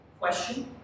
question